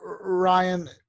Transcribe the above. Ryan